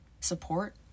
support